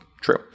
true